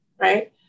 Right